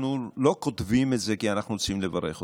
אנחנו לא כותבים את זה כי אנחנו רוצים לברך אותו,